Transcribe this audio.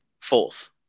Fourth